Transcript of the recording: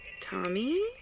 Tommy